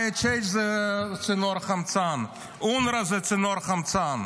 IHH זה צינור חמצן, אונר"א זה צינור חמצן.